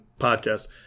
podcast